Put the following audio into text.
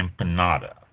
Empanada